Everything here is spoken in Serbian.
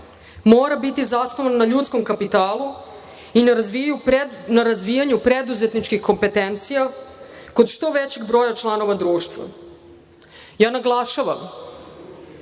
mora biti zasnovan na ljudskom kapitalu i na razvijanju preduzetničkih kompetencija kod što većeg broja članova društva. Naglašavam